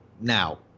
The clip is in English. now